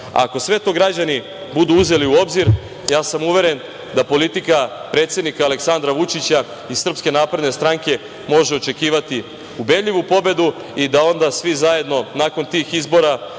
Ako sve to građani budu uzeli u obzir ja sam uveren da politika predsednika Aleksandra Vučića i SNS može očekivati ubedljivu pobedu i da onda svi zajedno nakon tih izbora